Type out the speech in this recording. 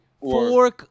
four